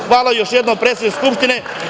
Hvala još jednom predsedniku Skupštine.